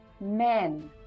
men